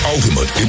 Ultimate